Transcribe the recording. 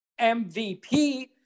MVP